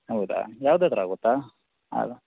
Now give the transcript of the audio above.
ಹೌದಾ ಯಾವುದಾದ್ರು ಆಗುತ್ತಾ ಹಾಂ